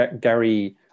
gary